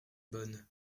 bonne